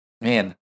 man